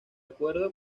acuerdo